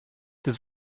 does